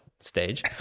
stage